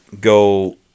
go